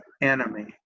enemy